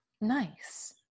Nice